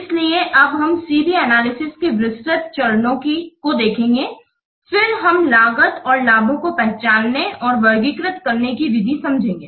इसलिए अब हम C B एनालिसिस के विस्तृत चरणों को देखेंगे फिर हम लागत और लाभों को पहचानने और वर्गीकृत करने कि विधि समझगे